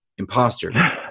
imposter